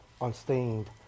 unstained